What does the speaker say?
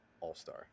all-star